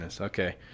okay